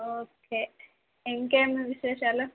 okay ఇంకేంటి విశేషాలు